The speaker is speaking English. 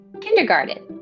Kindergarten